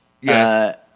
Yes